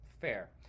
fair